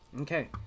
okay